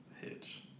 Hitch